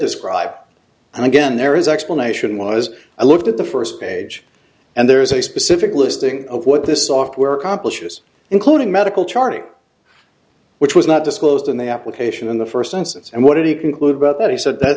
describe and again there is explanation was i looked at the first page and there is a specific listing of what this software accomplishes including medical charting which was not disclosed in the application in the first instance and what did he conclude about that he said that